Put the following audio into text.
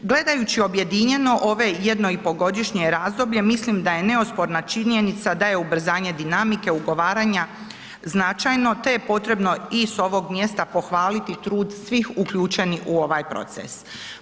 Gledajući objedinjeno ove jedno i po godišnje razdoblje, mislim da je neosporna činjenica da je ubrzanje dinamike ugovaranja značajno, te je potrebno i s ovog mjesta pohvaliti trud svih uključenih u ovaj proces.